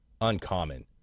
uncommon